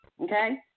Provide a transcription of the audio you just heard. Okay